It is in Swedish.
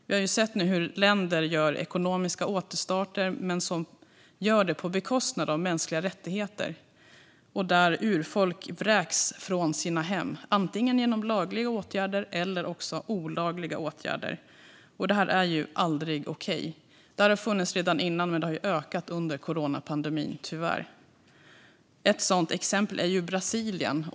Vi har nu sett hur länder gör ekonomiska återstarter men gör det på bekostnad av mänskliga rättigheter och hur urfolk vräks från sina hem, antingen genom lagliga åtgärder eller genom olagliga åtgärder. Det här är ju aldrig okej. Det har funnits tidigare, men det har tyvärr ökat under coronapandemin. Ett sådant exempel är Brasilien.